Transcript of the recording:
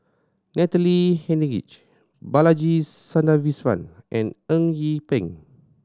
Natalie Hennedige Balaji Sadasivan and Eng Yee Peng